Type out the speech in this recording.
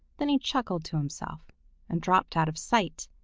then he chuckled to himself and dropped out of sight.